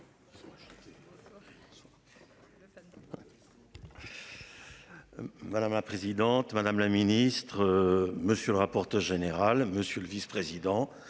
Madame la présidente, madame la ministre. Monsieur le rapporteur général monsieur le vice-président